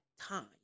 time